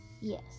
Yes